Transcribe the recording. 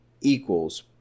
equals